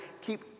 keep